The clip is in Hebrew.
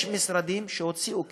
יש משרדים שהוציאו כסף: